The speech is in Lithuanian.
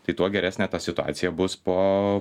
tai tuo geresnė ta situacija bus po